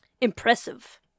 impressive